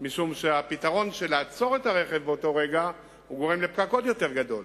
משום שהפתרון של לעצור את הרכב באותו רגע גורם לפקק עוד יותר גדול.